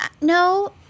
no